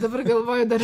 dabar galvoju dar